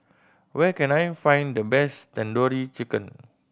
where can I find the best Tandoori Chicken